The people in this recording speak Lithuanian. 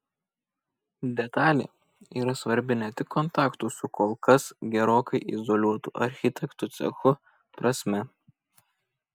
detalė yra svarbi ne tik kontaktų su kol kas gerokai izoliuotu architektų cechu prasme